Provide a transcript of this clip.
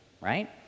right